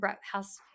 house